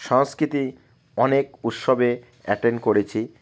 সংস্কৃতি অনেক উৎসবে অ্যাটেন্ড করেছি